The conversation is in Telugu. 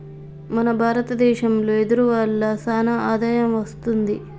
మన భారత దేశంలో వెదురు వల్ల సానా ఆదాయం వస్తుంది